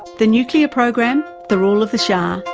the nuclear program, the rule of the shah,